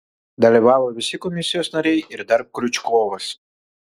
dalyvavo visi komisijos nariai ir dar kriučkovas